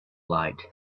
light